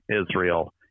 Israel